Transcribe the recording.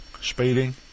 Speeding